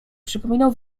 przypominał